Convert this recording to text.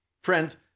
Friends